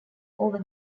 over